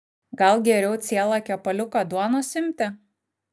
gal geriau cielą kepaliuką duonos imti